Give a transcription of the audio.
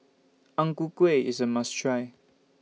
Ang Ku Kueh IS A must Try